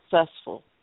successful